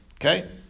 okay